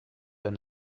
than